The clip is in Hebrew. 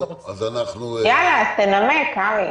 יאללה, תנמק, קרעי.